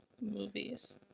Movies